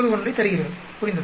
1091 தருகிறது புரிந்ததா